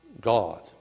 God